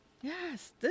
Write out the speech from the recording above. Yes